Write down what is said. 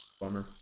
Bummer